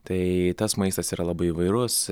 tai tas maistas yra labai įvairus